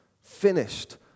Finished